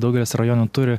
daugelis rajonų turi